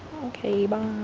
okay bye